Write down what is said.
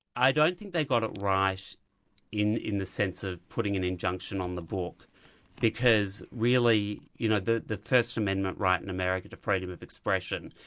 i don't think they got it right in in sense of putting an injunction on the book because really you know the the first amendment right in america to freedom of expression,